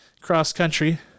cross-country